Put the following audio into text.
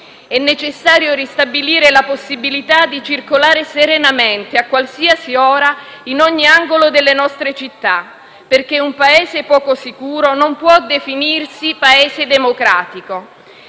È necessario ristabilire la possibilità di circolare serenamente a qualsiasi ora in ogni angolo delle nostre città, perché un Paese poco sicuro non può definirsi democratico.